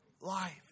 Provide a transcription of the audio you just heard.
life